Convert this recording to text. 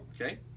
Okay